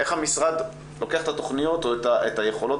איך המשרד לוקח את התוכניות או את היכולות